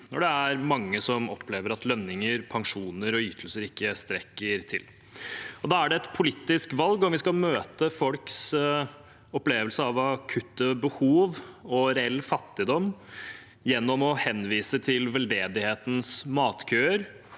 når det er mange som opplever at lønninger, pensjoner og ytelser ikke strekker til. Da er det et politisk valg om vi skal møte folks opplevelse av akutte behov og reell fattigdom med å henvise til veldedighetens matkøer,